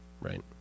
right